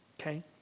okay